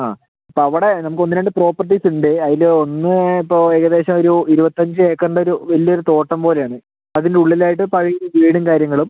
ആ അപ്പം അവിടെ നമുക്കൊന്ന് രണ്ട് പ്രോപ്പർട്ടീസുണ്ട് അതില് ഒന്ന് ഇപ്പോൾ ഏകദേശമൊരു ഇരുപത്തഞ്ചേക്കറിൻ്റെ ഒരു വലിയൊരു തോട്ടം പോലെയാണ് അതിൻറ്റുള്ളിലായിട്ട് പഴയ ഈ വീടും കാര്യങ്ങളും